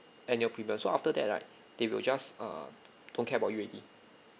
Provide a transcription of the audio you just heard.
annual premium so after that right they will just uh don't care about you already